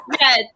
yes